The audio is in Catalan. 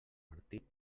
martí